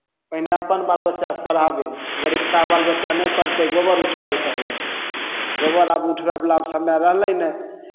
पहिने अपन बाल बच्चाकेँ पढ़ाबै गरिबका बाल बच्चा नहि पढ़तै गोबर उठबए लए कहैत रहै गोबर आब उठबयवला आब समय रहलै नहि